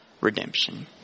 redemption